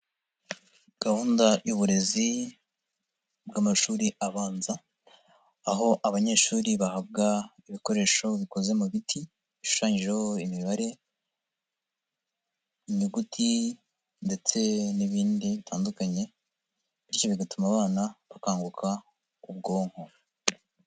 Gahunda y'uburezi bw'amashuri abanza, aho abanyeshuri bahabwa ibikoresho bikoze mu biti, bishushanyijeho imibare, inyuguti ndetse n'ibindi bitandukanye, bityo bigatuma abana bakanguka ubwonko.